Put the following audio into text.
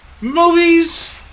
movies